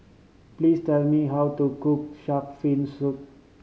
please tell me how to cook shark fin soup